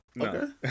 Okay